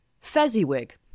Fezziwig